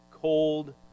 cold